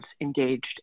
engaged